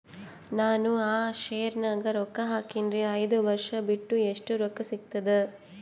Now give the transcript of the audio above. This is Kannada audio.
ನಾನು ಆ ಶೇರ ನ್ಯಾಗ ರೊಕ್ಕ ಹಾಕಿನ್ರಿ, ಐದ ವರ್ಷ ಬಿಟ್ಟು ಎಷ್ಟ ರೊಕ್ಕ ಸಿಗ್ತದ?